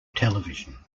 television